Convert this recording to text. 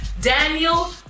Daniel